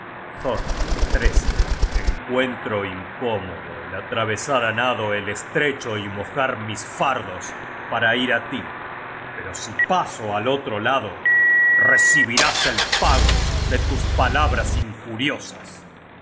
thor encuentro incómodo el atravesar ánado el estrecho y mojar mis fardos para ir á tí pero si paso al otro lado recibirás el pago de tus palabras injuriosas y